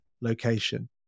location